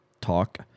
talk